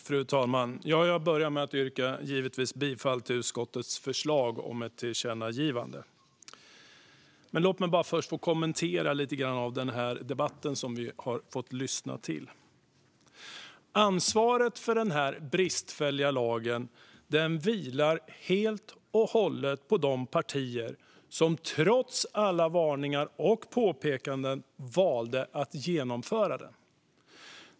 Fru talman! Jag börjar med att yrka bifall till utskottets förslag om ett tillkännagivande. Låt mig först kommentera lite grann av den debatt som vi har fått lyssna till. Ansvaret för denna bristfälliga lag vilar helt och hållet på de partier som trots alla varningar och påpekanden valde att införa den.